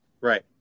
right